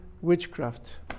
witchcraft